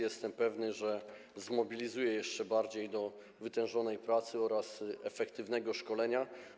Jestem pewny, że zmobilizuje to do jeszcze bardziej wytężonej pracy oraz efektywnego szkolenia.